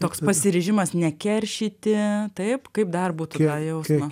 toks pasiryžimas nekeršyti taip kaip dar būtų tą jausmą